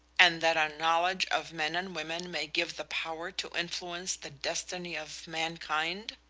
and that a knowledge of men and women may give the power to influence the destiny of mankind?